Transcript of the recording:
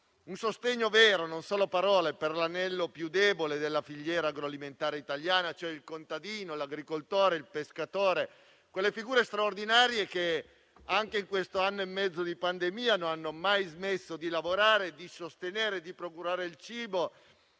un sostegno vero, non solo a parole, per l'anello più debole della filiera agroalimentare italiana: il contadino, l'agricoltore, il pescatore, figure straordinarie che anche in questo anno e mezzo di pandemia non hanno mai smesso di lavorare, di sostenere e procurare il cibo